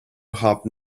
hopped